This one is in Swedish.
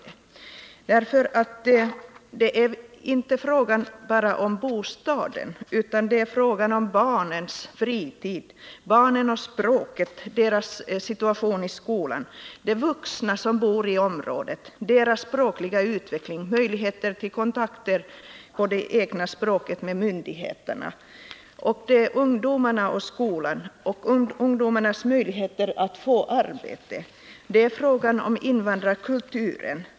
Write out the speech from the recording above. Det är nämligen inte bara fråga om bostaden, utan det är fråga om barnens framtid, barnen och språket, barnens situation i skolan. Det gäller de vuxna som bor i området, deras språkliga utveckling, deras möjligheter till kontakter med myndigheterna på det egna språket. Och det gäller ungdomarna i skolan och ungdomarnas möjligheter att få arbete. Det är fråga om invandrarkulturen.